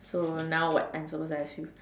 so now what I'm supposed to ask you